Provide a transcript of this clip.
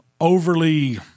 overly